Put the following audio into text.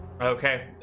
Okay